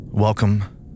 Welcome